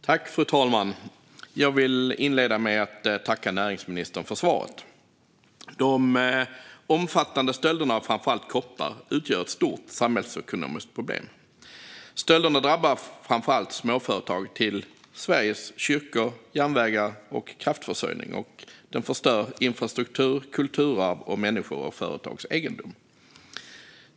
Fru talman! Jag vill inleda med att tacka näringsministern för svaret. De omfattande stölderna av framför allt koppar utgör ett stort samhällsekonomiskt problem. Stölderna drabbar allt från småföretag till Sveriges kyrkor, järnvägar och kraftförsörjning och förstör infrastruktur, kulturarv och människors och företags egendom.